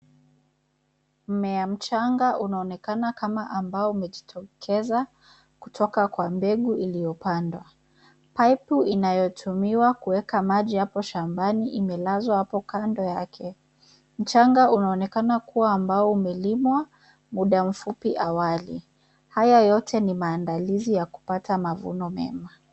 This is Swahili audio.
Mmea mchanga unaonekana kama ambao umejitokeza kutoka kwa mbegu iliyopandwa. Pipe inayotumiwa kuweka maji hapo shambani imelazwa hapo kando yake. Mchanga unaaonekana kuwa ambao umelimwa muda mfupi awali. Haya yote ni maandalizi ya kupata mavuno mema.